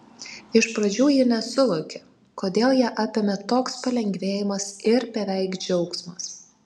iš pradžių ji nesuvokė kodėl ją apėmė toks palengvėjimas ir beveik džiaugsmas